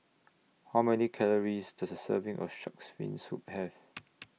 How Many Calories Does A Serving of Shark's Fin Soup Have